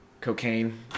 Cocaine